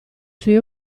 suoi